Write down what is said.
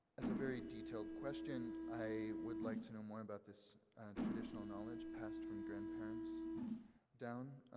as a very detailed question, i would like to know more about this traditional knowledge passed from grandparents down,